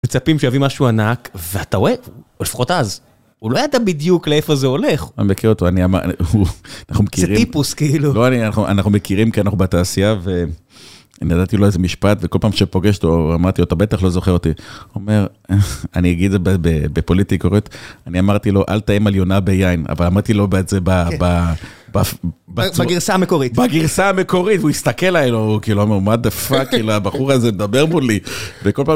מצפים שיביא משהו ענק, ואתה רואה, לפחות אז, הוא לא ידע בדיוק לאיפה זה הולך. אני מכיר אותו, אני אמר, הוא, אנחנו מכירים. זה טיפוס, כאילו. לא, אנחנו מכירים כי אנחנו בתעשייה ו... אני נתתי לו איזה משפט, וכל פעם שפוגשת או אמרתי אותה, בטח לא זוכר אותי. הוא אומר, אני אגיד את זה בפוליטיקלי קורקט, אני אמרתי לו, אל תאיים על יונה ביין, אבל אמרתי לו את זה ב... בגרסה המקורית. בגרסה המקורית, והוא הסתכל עליי, הוא אמר, מה זה? הבחור הזה מדבר מולי.